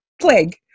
plague